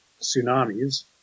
tsunamis